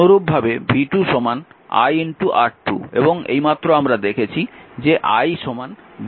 অনুরূপভাবে v2 i R2 এবং এইমাত্র আমরা দেখেছি যে i v R1 R2